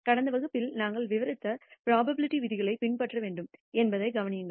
கடந்த வகுப்பில் நாங்கள் விவரித்த புரோபாபிலிடி விதிகளை பின்பற்ற வேண்டும் என்பதை கவனியுங்கள்